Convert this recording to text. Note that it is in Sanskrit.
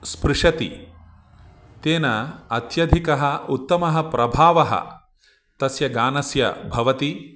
स्पृशति तेन अत्यधिकः उत्तमः प्रभावः तस्य गानस्य भवति